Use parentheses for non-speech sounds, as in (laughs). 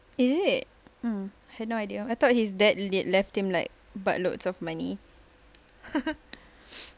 is it mm I had no idea I thought his late dad left him like buttloads of money (laughs)